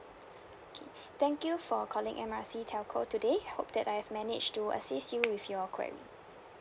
okay thank you for calling M R C telco today hope that I've manage to assist you with your query